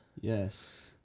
Yes